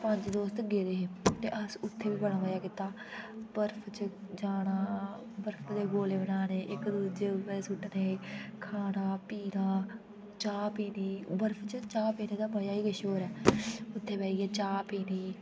ते अस उत्थै बी बड़ा मजा कित्ता बर्फ च जाना बर्फ दे गोले बनाने इक दुए दे उप्पर सुटने खाना पीना चा पीनी बर्फ च चा पीने दा मजा गे केश होंर ऐ उत्थै किटठे बैइयै चा पीनी